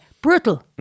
Brutal